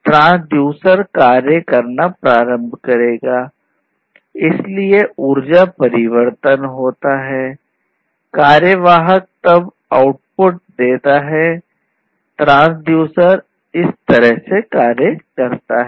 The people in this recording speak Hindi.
ट्रांसड्यूसर इस तरह से कार्य करता है